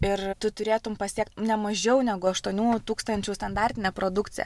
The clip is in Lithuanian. ir tu turėtum pasiekt ne mažiau negu aštuonių tūkstančių standartinę produkciją